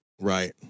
Right